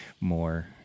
more